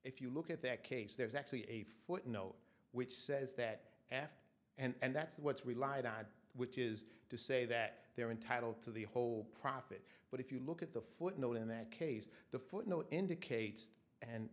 if you look at that case there's actually a footnote which says that after and that's what's relied on which is to say that they're entitled to the whole profit but if you look at the footnote in that case the footnote indicates